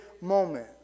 moment